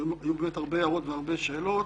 היו הרבה הערות והרבה שאלות.